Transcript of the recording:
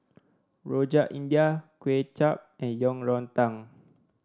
Rojak India Kuay Chap and Yang Rou Tang